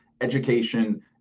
education